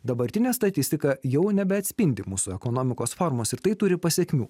dabartinė statistika jau nebeatspindi mūsų ekonomikos formos ir tai turi pasekmių